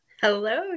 Hello